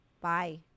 Bye